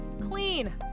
clean